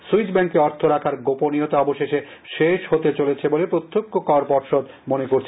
Swiss ব্যাঙ্কে অর্থ রাখার গোপনীয়তা অবশেষে শেষ হতে চলেছে বলে প্রত্যক্ষ কর পর্ষদ মনে করছে